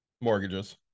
mortgages